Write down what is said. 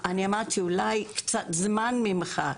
אמרתי: אולי אפשר לקבל קצת יותר זמן ממך,